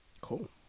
cool